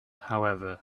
however